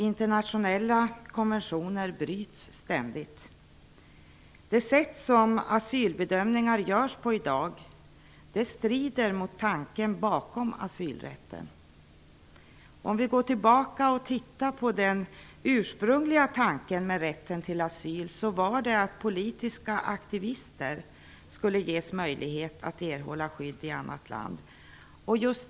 Internationella konventioner bryts ständigt. Det sätt som asylbedömningar görs på i dag strider mot tanken bakom asylrätten. Den ursprungliga tanken med rätten till asyl var att politiska ''aktivister'' skulle ges möjlighet att erhålla skydd i annat land.